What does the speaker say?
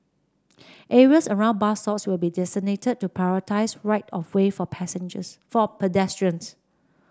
areas around bus stops will be designated to prioritise right of way for passengers for pedestrians